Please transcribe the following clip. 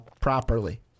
properly